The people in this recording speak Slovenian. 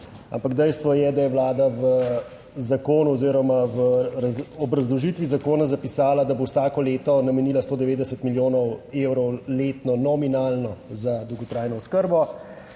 ampak dejstvo je, da je Vlada v zakonu oziroma v obrazložitvi zakona zapisala, da bo vsako leto namenila 190 milijonov evrov letno nominalno za dolgotrajno oskrbo.